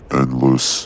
endless